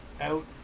out